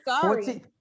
sorry